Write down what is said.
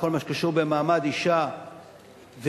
בכל מה שקשור במעמד אשה וגבר,